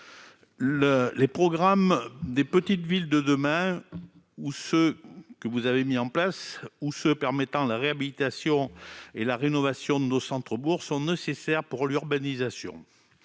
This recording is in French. s'agisse de Petites Villes de demain, de ceux que vous avez mis en place ou de ceux qui permettent la réhabilitation et la rénovation de nos centres-bourgs, sont nécessaires pour l'urbanisation.